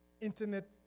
internet